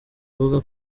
avuga